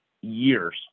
years